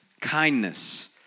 kindness